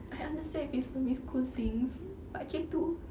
I understand if it's primary school things but K two